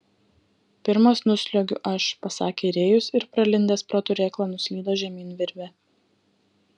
pirmas nusliuogiu aš pasakė rėjus ir pralindęs pro turėklą nuslydo žemyn virve